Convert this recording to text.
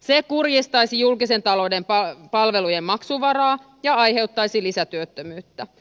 se kurjistaisi julkisten palvelujen maksuvaraa ja aiheuttaisi lisätyöttömyyttä